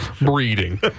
breeding